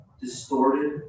Distorted